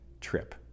trip